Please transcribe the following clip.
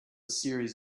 series